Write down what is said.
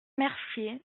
mercier